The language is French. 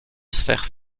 sphère